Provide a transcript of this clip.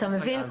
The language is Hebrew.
אתה מבין?